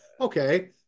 okay